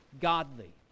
godly